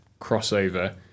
crossover